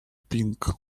pink